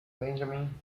benjamin